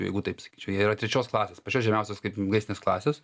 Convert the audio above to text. jeigu taip sakyčiau jie yra trečios klasės pačios žemiausios kaip gaisrinės klasės